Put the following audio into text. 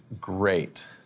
great